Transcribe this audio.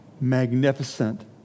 magnificent